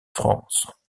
france